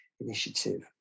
initiative